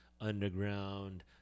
underground